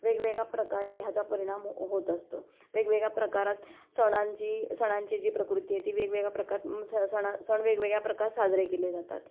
वेगवेगळ्या प्रकारे ह्याचा परिणाम हो होत असतो वेगवेगळ्या प्रकारात सणांची सणांची जी प्रकृती आहे ती वेगवेगळ्या प्रकात स् सणा सण वेगवेगळ्या प्रकार् साजरे केले जातात